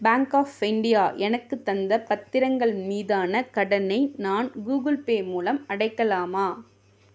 bank of India எனக்குத் தந்த பத்திரங்கள் மீதான கடனை நான் கூகுள் பே மூலம் அடைக்கலாமா